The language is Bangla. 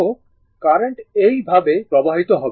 তো কারেন্ট এই ভৱে প্রবাহিত হবে